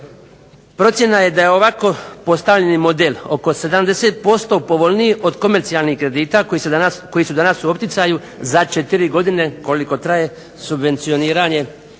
Procjena je da je ovako postavljeni model oko 70% povoljniji od komercijalnih kredita koji su danas u opticaju za četiri godine koliko traje subvencioniranje